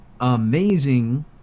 amazing